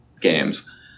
games